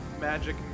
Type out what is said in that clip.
Magic